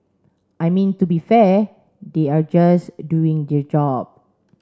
I mean to be fair they are just doing their job